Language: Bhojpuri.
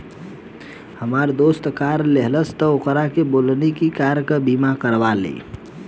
हामार दोस्त कार लेहलस त ओकरा से बोलनी की कार के बीमा करवा ले